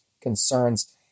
concerns